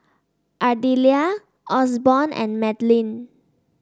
Ardelia Osborne and Madlyn